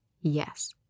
Yes